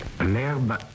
L'herbe